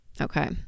Okay